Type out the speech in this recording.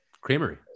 creamery